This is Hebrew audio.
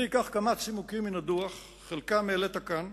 אני אקח כמה צימוקים מהדוח, חלקם העלית כאן,